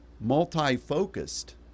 multi-focused